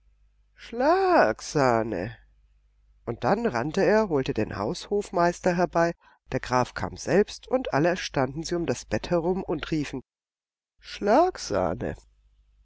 schlaaagsahne und dann rannte er holte den haushofmeister herbei der graf kam selbst und alle standen sie um das bett herum und riefen schlagsahne